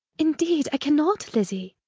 indeed, i cannot, lizzy.